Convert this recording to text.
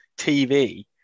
TV